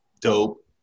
dope